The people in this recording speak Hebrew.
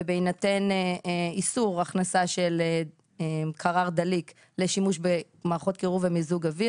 ובהינתן איסור הכנסה של קרר דליק לשימוש במערכות קירור ומיזוג אוויר,